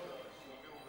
אדוני היושב-ראש,